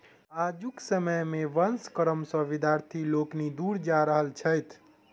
आजुक समय मे वंश कर्म सॅ विद्यार्थी लोकनि दूर जा रहल छथि